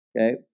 Okay